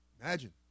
Imagine